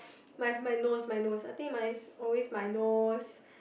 my n~ my nose my nose I think my always my nose